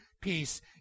peace